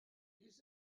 dies